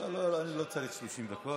לא, אני לא צריך 30 דקות.